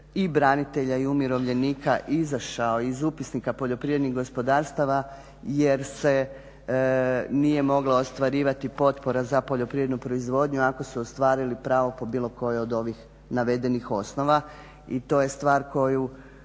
i branitelja i umirovljenika izašao iz Upisnika poljoprivrednih gospodarstava jer se nije mogla ostvarivati potpora za poljoprivrednu proizvodnju ako su ostvarili pravo po bilo kojoj od ovih navedenih osnova. I to je stvar koju